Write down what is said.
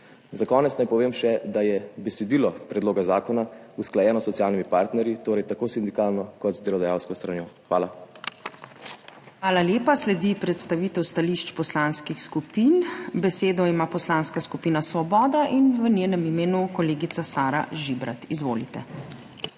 Za konec naj povem še, da je besedilo predloga zakona usklajeno s socialnimi partnerji, torej tako s sindikalno kot z delodajalsko stranjo. Hvala. **PREDSEDNICA MAG. URŠKA KLAKOČAR ZUPANČIČ:** Hvala lepa. Sledi predstavitev stališč poslanskih skupin. Besedo ima Poslanska skupina Svoboda in v njenem imenu kolegica Sara Žibrat. Izvolite.